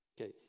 Okay